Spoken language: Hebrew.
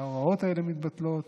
ההוראות האלה מתבטלות,